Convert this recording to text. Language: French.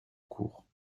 cours